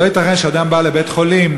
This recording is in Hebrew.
לא ייתכן שאדם בא לבית-חולים,